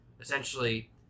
essentially